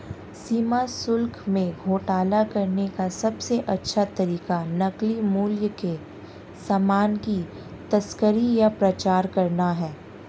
सीमा शुल्क में घोटाला करने का सबसे अच्छा तरीका नकली मूल्य के सामान की तस्करी या प्रचार करना है